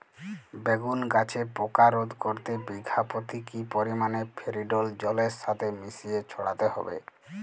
বেগুন গাছে পোকা রোধ করতে বিঘা পতি কি পরিমাণে ফেরিডোল জলের সাথে মিশিয়ে ছড়াতে হবে?